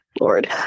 Lord